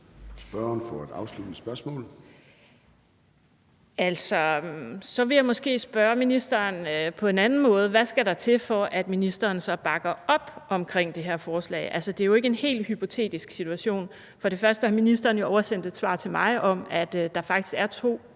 Karina Lorentzen Dehnhardt (SF): Så vil jeg måske spørge ministeren på en anden måde: Hvad skal der til, for at ministeren så bakker op om det her forslag? Altså, det er jo ikke en helt hypotetisk situation. Ministeren har oversendt et svar til mig om, at der faktisk er to